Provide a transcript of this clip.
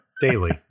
Daily